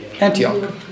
Antioch